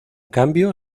cambio